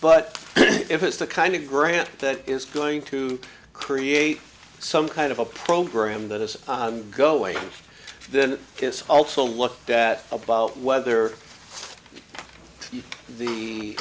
but if it's the kind of grant that is going to create some kind of a program that is going then it's also looked at about whether the